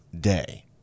day